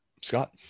Scott